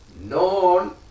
known